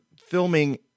filming